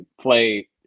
play